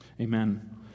Amen